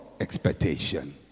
expectation